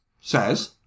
says